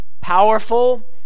Powerful